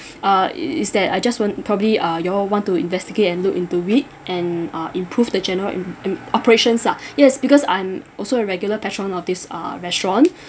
uh it is that I just want probably err you all want to investigate and look into it and uh improve the general in in operations lah yes because I'm also a regular patron of this uh restaurant